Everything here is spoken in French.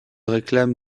réclame